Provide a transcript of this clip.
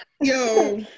yo